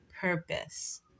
purpose